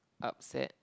upset